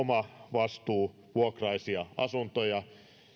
omavastuuvuokraisia asuntoja